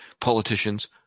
Politicians